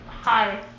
Hi